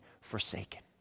forsaken